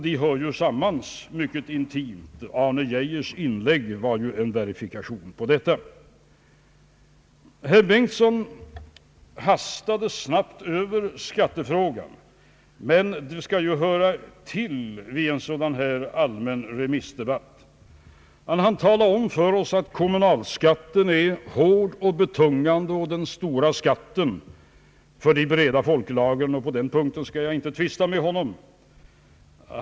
De hör ju mycket intimt samman. Herr Arne Geijers inlägg utgjorde en verifikation på detta. Herr Bengtson hastade snabbt över skattefrågan, men den skall ju höra till vid en sådan här allmän remissdebatt. Han hann tala om för oss att kommunalskatten är hård, betungande och den stora skatten för de breda folklagren. På den punkten skall jag inte tvista med honom.